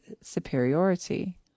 superiority